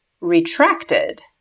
retracted